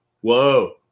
whoa